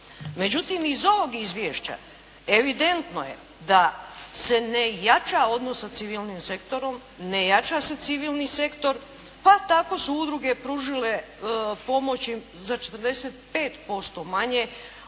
Međutim iz ovog izvješća evidentno je da se ne jača odnos sa civilnim sektorom. Ne jača se civilni sektor. A tako su udruge pružile pomoć za 45% manje